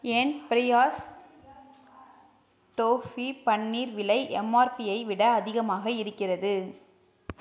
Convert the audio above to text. என் Priyas toffee paneer விலை எம்ஆர்பியை விட அதிகமாக இருக்கிறது